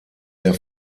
der